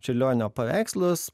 čiurlionio paveikslus